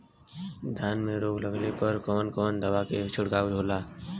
धान में रोग लगले पर कवन कवन दवा के छिड़काव होला?